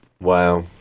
Wow